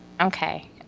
okay